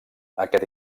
aquest